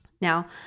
Now